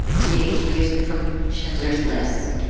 skating to music from schindler's list